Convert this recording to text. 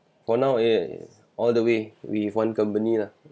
for now eh all the way with one company lah